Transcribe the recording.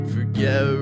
Forget